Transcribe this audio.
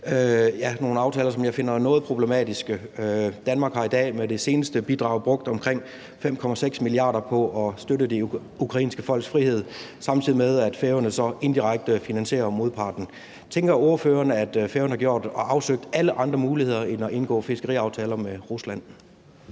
er en aftale, som jeg finder noget problematisk. Danmark har i dag med det seneste bidrag brugt omkring 5,6 mia. kr. på at støtte det ukrainske folks frihed, samtidig med at Færøerne så indirekte finansierer modparten. Tænker ordføreren, at Færøerne har afsøgt alle andre muligheder end at indgå fiskeriaftaler med Rusland?